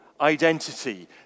identity